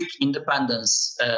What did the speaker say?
independence